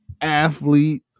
athlete